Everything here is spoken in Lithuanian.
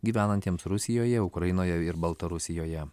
gyvenantiems rusijoje ukrainoje ir baltarusijoje